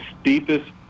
steepest